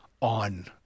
on